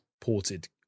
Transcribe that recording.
ported